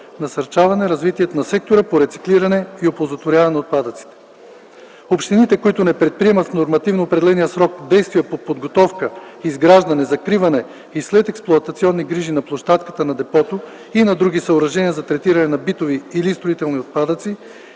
насърчаване развитието на сектора по рециклиране и оползотворяване на отпадъците. Общините, които не предприемат в нормативно определения срок действия по подготовка, изграждане, закриване и следексплоатационни грижи на площадката на депото и на други съоръжения за третиране на битови или строителни отпадъци,